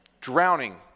drowning